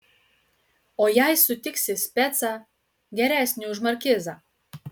o jei sutiksi specą geresnį už markizą